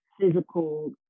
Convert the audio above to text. physical